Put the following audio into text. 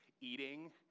eating